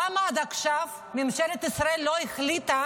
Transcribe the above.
למה עד עכשיו ממשלת ישראל לא החליטה